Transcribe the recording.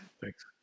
thanks